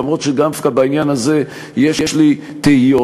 למרות שדווקא בעניין הזה יש לי תהיות,